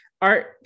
art